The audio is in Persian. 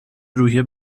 روحیه